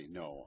no